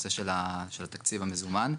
הנושא של התקציב המזומן.